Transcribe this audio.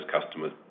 customers